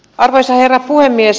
arvoisa herra puhemies